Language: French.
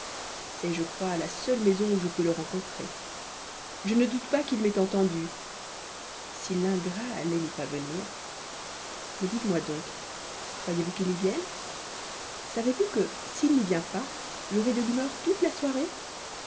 c'est je crois la seule maison où je peux le rencontrer je ne doute pas qu'il ne m'ait entendue si l'ingrat allait n'y pas venir mais ditez moi donc croyez-vous qu'il y vienne savez-vous que s'il n'y vient pas j'aurai de l'humeur toute la soirée